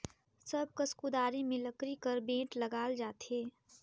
सब कस कुदारी मे लकरी कर बेठ लगाल जाथे